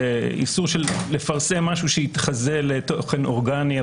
איסור לפרסום משהו שיתחזה לתוכן אורגני,